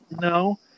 No